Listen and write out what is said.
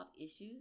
issues